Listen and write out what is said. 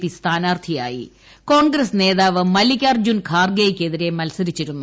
P സ്ഥാനാർത്ഥിയായി കോൺഗ്രസ് നേതാവ് മല്ലികാർജ്ജുൻ ഖാർഗെയ്ക്കെതിരെ മത്സരിച്ചിരുന്നു